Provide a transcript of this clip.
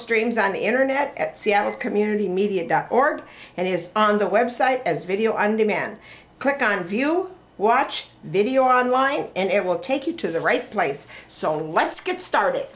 streams on the internet at seattle community media dot org and it is on the website as video on demand click on view watch video on line and it will take you to the right place so let's get started